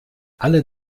alle